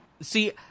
See